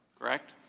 correct?